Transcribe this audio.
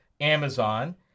Amazon